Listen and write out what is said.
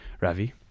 Ravi